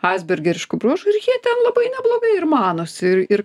asbergeriškų bruožų ir jie ten labai neblogai ir manosi ir ir